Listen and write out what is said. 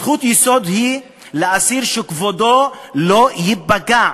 זכות יסוד היא לאסיר שכבודו לא ייפגע,